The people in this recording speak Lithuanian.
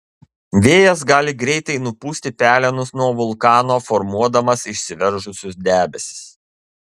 vėjas gali greitai nupūsti pelenus nuo vulkano formuodamas išsiveržusius debesis